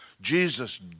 Jesus